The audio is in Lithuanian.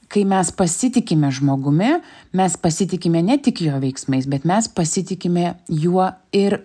kai mes pasitikime žmogumi mes pasitikime ne tik jo veiksmais bet mes pasitikime juo ir